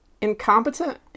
Incompetent